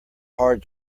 hard